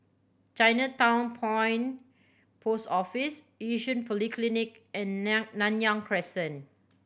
Chinatown Point Post Office Yishun Polyclinic and Nan Nanyang Crescent